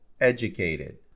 educated